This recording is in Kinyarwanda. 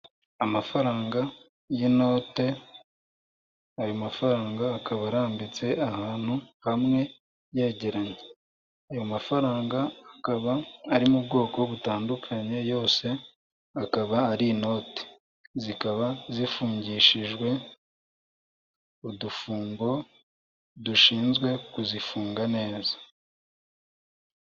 Amafaranga y'inote, ayo mafaranga akaba arambitse ahantu hamwe yegeranye. Ayo mafaranga akaba ari mu bwoko butandukanye yose akaba ari inoti, zikaba zifungishijwe udufungo dushinzwe kuzifunga neza.